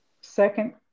Second